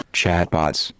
chatbots